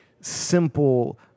simple